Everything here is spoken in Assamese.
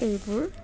এইবোৰ